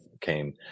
came